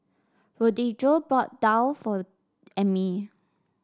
Rodrigo bought daal for Emmie